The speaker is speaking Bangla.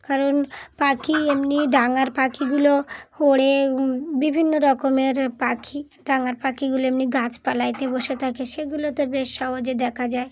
কারণ পাখি এমনি ডাঙার পাখিগুলো ওড়ে বিভিন্ন রকমের পাখি ডাঙার পাখিগুলো এমনি গাছপালাতে বসে থাকে সেগুলো তো বেশ সহজে দেখা যায়